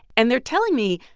and they're telling me,